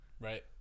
right